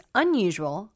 unusual